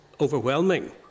overwhelming